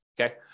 okay